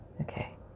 Okay